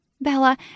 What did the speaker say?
Bella